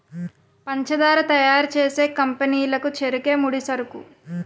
పంచదార తయారు చేసే కంపెనీ లకు చెరుకే ముడిసరుకు